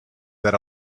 that